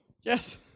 Yes